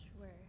Sure